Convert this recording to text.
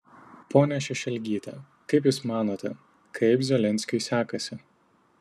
ponia šešelgyte kaip jūs manote kaip zelenskiui sekasi